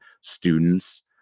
students